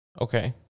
Okay